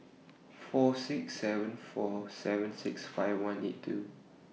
four six seven four seven six five one eight two